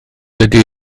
ydy